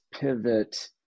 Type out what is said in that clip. pivot